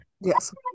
Yes